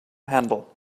handle